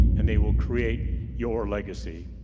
and they will create your legacy.